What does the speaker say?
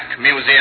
Museum